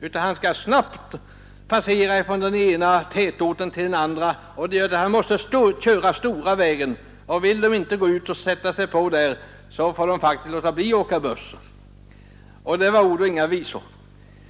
utan att han snabbt skall passera från den ena tätorten till den andra, vilket gör att han måste köra stora vägen. Vill människorna inte stiga på där, så får de faktiskt låta bli att åka buss. Det var ord och inga visor.